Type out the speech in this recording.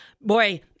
Boy